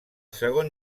segon